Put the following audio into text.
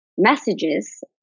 messages